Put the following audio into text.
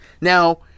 Now